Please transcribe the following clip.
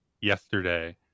yesterday